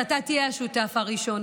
אתה תהיה השותף הראשון.